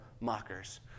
mockers